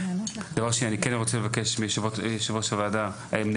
דבר שני, כן אני רוצה לבקש ממנהלת הוועדה,